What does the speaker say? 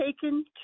taken